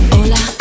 Hola